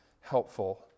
helpful